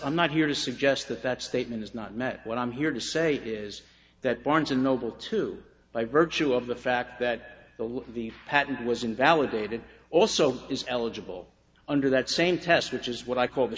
i'm not here to suggest that that statement is not met what i'm here to say is that barnes and noble to by virtue of the fact that the law of the patent was invalidated also is eligible under that same test which is what i call the